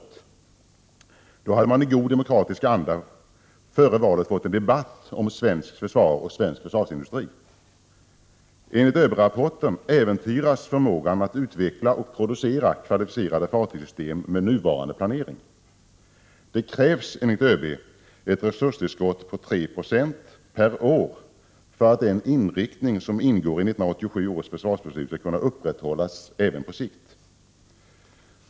Det hade varit värdefullt att i god demokratisk anda före valet få en debatt om svenskt försvar och svensk försvarsindustri. Enligt ÖB-rapporten äventyras förmågan att utveckla och producera kvalificerade fartygssystem med nuvarande planering. Det krävs enligt ÖB ett resurstillskott på 3 20 per år för att den inriktning som ingår i 1987 års försvarsbeslut skall kunna upprätthållas även på sikt.